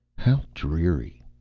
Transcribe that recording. how dreary.